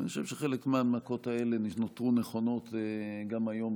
ואני חושב שחלק מההנמקות האלה נותרו נכונות גם היום,